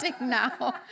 now